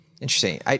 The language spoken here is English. Interesting